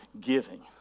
giving